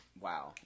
Wow